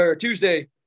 Tuesday